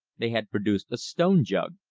they had produced a stone jug,